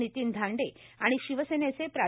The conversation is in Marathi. नितीन धांडे आणि शिवसेनेचे प्रा